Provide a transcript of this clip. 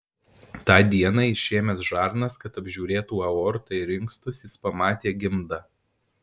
tą dieną išėmęs žarnas kad apžiūrėtų aortą ir inkstus jis pamatė gimdą